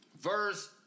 verse